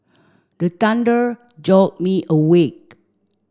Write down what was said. the thunder jolt me awake